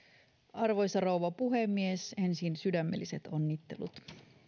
arvoisa rouva puhemies ensin sydämelliset onnittelut